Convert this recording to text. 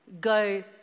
go